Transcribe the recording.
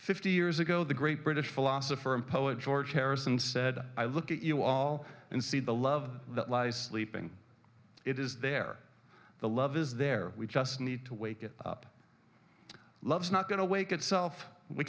fifty years ago the great british philosopher and poet george harrison said i look at you all and see the love that lies leaping it is there the love is there we just need to wake it up love's not going to wake itself we